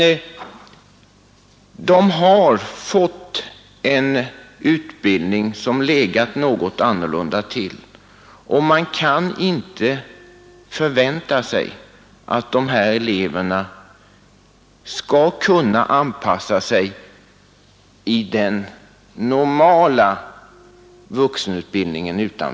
Ungdomarna har fått en något annorlunda utbildning, och man kan inte vänta sig att dessa elever utan vidare skall kunna anpassa sig till den normala vuxenutbildningen.